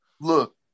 Look